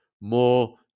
more